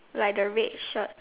like the red shirt